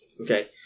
Okay